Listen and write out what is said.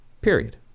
period